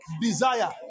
desire